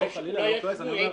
כמו החברות,